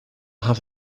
have